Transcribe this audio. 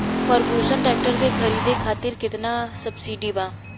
Ferguson tractor के खरीद करे खातिर केतना सब्सिडी बा?